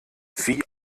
wie